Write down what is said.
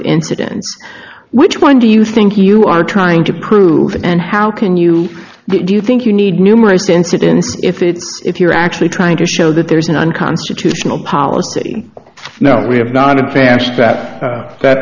incidents which one do you think you are trying to prove and how can you do you think you need numerous incidents if it's if you're actually trying to show that there's an unconstitutional policy now we have not a parish that that